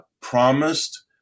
promised